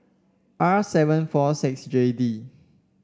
R seven four six J D